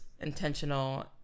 intentional